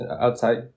outside